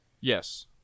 Yes